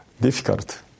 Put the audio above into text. Difficult